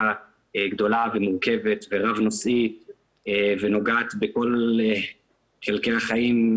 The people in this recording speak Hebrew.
גדולה ומורכבת ורב-נושאית ונוגעת בכל חלקי החיים,